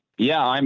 yeah, um